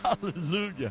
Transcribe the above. Hallelujah